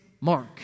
Mark